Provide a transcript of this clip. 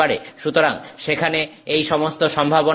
সুতরাং সেখানে এই সমস্ত সম্ভাবনাই আছে